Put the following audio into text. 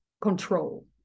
control